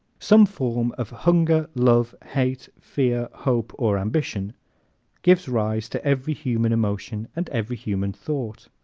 some form of hunger, love, hate, fear, hope or ambition gives rise to every human emotion and every human thought.